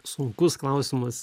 sunkus klausimas